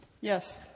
Yes